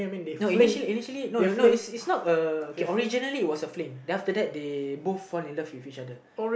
no initially initially no no it's it's not a okay originally it was just a fling then after that they both fall in love with each other